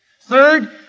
Third